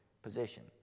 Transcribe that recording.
position